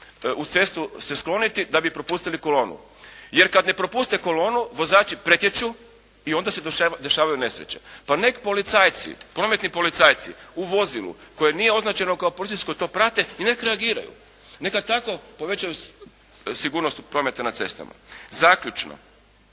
uz cestu se skloniti da bi propustili kolonu, jer kada ne propuste kolonu, vozači pretječu i onda se dešavaju nesreće. Pa neka policajci, prometni policajci u vozilu koje nije označeno kao policijsko to prate i neka reagiraju, nego tako povećaju sigurnost prometa na cestama. Zaključno.